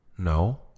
No